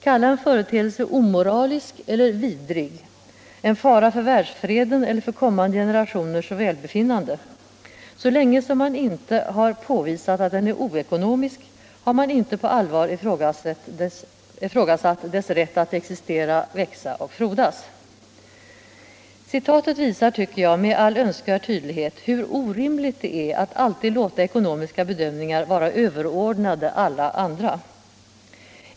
Kalla en företeelse ”omoralisk” eller ”vidrig', "en fara för världsfreden eller för kommande generationers välbefinnande” — så länge som man inte har påvisat att den är ”oekonomisk” har man inte på allvar ifrågasatt dess rätt att existera, växa och frodas.” Detta citat visar, tycker jag, med all önskvärd tydlighet hur orimligt det är att alltid låta ekonomiska bedömningar vara överordnade alla andra.